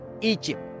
Egypt